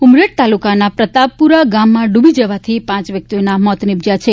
ઉમરેઠ તાલુકાના પ્રતાપ્પુરા ગામમાં ડૂબી જવાથી પાંચ વ્યક્તિઓના મોત નીપજ્યાં છે